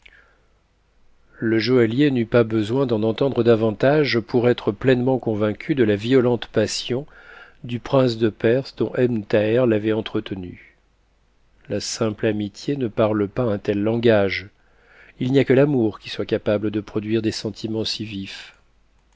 le joaillier n'eut pas besoin d'en entendre davantage pour être pteinement convaincu de la violente passion du prince de perse dont ebn thaher l'avait entretenu la simple amitié ne parle pas un tel langage il n'y a que l'amour qui soit capable de produire des sentiments